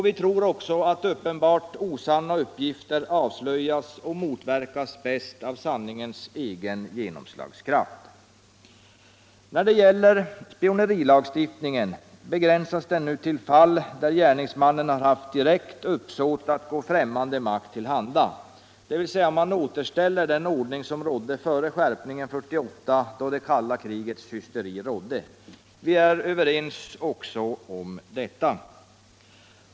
Vi tror också att uppenbart osanna uppgifter avslöjas och motverkas bäst av sanningens egen genomslagskraft. När det gäller spionerilagstiftningen begränsas den nu till fall där gärningsmannen haft direkt uppsåt att gå främmande makt till handa, dvs. man återställer den ordning som rådde före skärpningen 1948 då det kalla krigets hysteri härskade. Vi är överens också om detta.